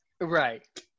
Right